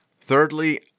Thirdly